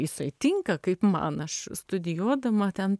jisai tinka kaip man aš studijuodama ten